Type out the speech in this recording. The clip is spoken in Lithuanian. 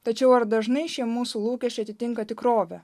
tačiau ar dažnai šie mūsų lūkesčiai atitinka tikrovę